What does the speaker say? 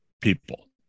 people